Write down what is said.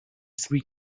three